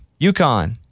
UConn